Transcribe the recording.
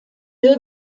dut